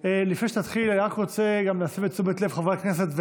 לפני שתתחיל אני רק רוצה להסב את תשומת לב חברי הכנסת,